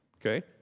Okay